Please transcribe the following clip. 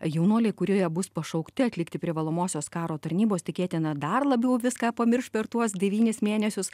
jaunuoliai kurie bus pašaukti atlikti privalomosios karo tarnybos tikėtina dar labiau viską pamirš per tuos devynis mėnesius